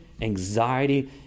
anxiety